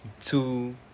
two